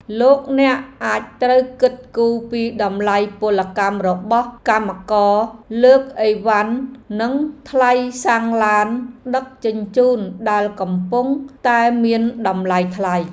លោកអ្នកត្រូវគិតគូរពីថ្លៃពលកម្មរបស់កម្មករលើកអីវ៉ាន់និងថ្លៃសាំងឡានដឹកជញ្ជូនដែលកំពុងតែមានតម្លៃថ្លៃ។